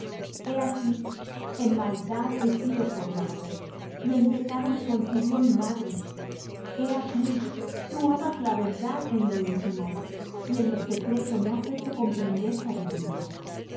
he aquí en maldad he sido formado y en pecado me concibió mi madre he aquí tú amas la verdad en lo íntimo y en lo secreto me has hecho comprender sabiduría